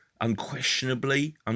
unquestionably